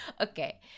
okay